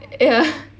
ya